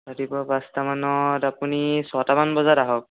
ৰাতিপুৱা পাঁচটামানত আপুনি ছটামান বজাত আহক